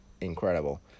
incredible